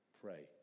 pray